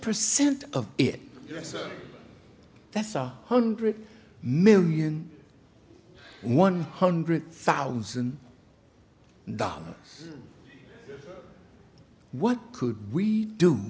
percent of it so that's a hundred million one hundred thousand dollars what could we do